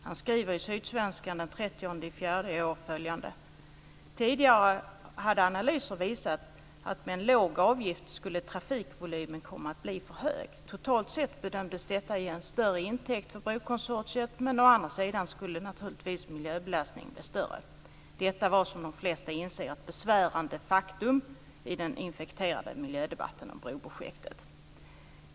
Han skriver i Sydsvenskan den Tidigare hade analyser visat att med en låg avgift skulle trafikvolymen komma att bli för hög. Totalt sett bedömdes detta ge en större intäkt för brokonsortiet, men å andra sidan skulle naturligtvis miljöbelastningen bli större. Detta var som de flesta inser ett besvärande faktum i den infekterade miljödebatten om broprojektet.